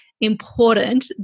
important